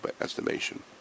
estimation